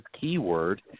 keyword